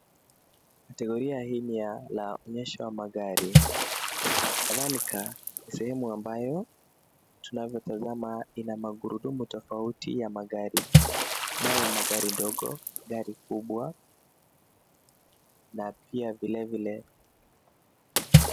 Kategoria hii ni ya laonyesha magari kadhalika sehemu ambayo tunavyotazama ina magurudumu tofauti ya magari ,kunayo magari ndogo ,gari kubwa na pia vilevile.